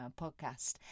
podcast